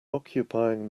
occupying